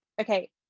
Okay